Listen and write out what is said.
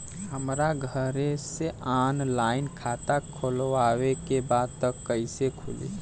हमरा घरे से ऑनलाइन खाता खोलवावे के बा त कइसे खुली?